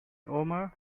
omar